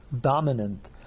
dominant